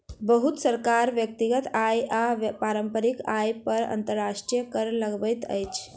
बहुत सरकार व्यक्तिगत आय आ व्यापारिक आय पर अंतर्राष्ट्रीय कर लगबैत अछि